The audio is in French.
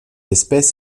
espèce